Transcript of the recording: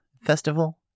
Festival